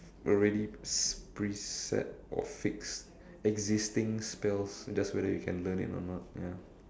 already preset or fixed existing spells just whether you can learn it or not ya